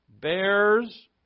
Bears